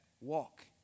Walk